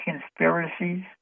conspiracies